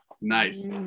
Nice